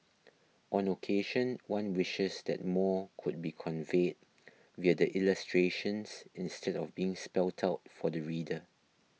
on occasion one wishes that more could be conveyed via the illustrations instead of being spelt out for the reader